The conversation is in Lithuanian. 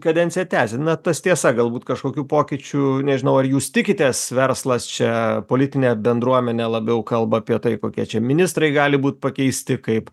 kadenciją tęsia na tas tiesa galbūt kažkokių pokyčių nežinau ar jūs tikitės verslas čia politinė bendruomenė labiau kalba apie tai kokie čia ministrai gali būt pakeisti kaip